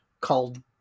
called